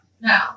No